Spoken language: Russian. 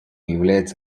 является